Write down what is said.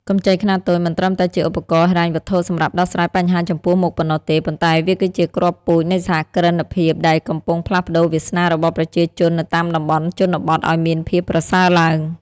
កម្ចីខ្នាតតូចមិនត្រឹមតែជាឧបករណ៍ហិរញ្ញវត្ថុសម្រាប់ដោះស្រាយបញ្ហាចំពោះមុខប៉ុណ្ណោះទេ ប៉ុន្តែវាគឺជាគ្រាប់ពូជនៃសហគ្រិនភាពដែលកំពុងផ្លាស់ប្តូរវាសនារបស់ប្រជាជននៅតាមតំបន់ជនបទឱ្យមានភាពប្រសើរឡើង។